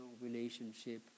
relationship